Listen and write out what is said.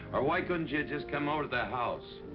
or why couldn't you just come over to the house?